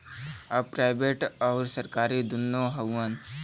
अब प्राइवेट अउर सरकारी दुन्नो हउवन